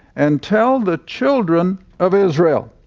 and tell the children of israel.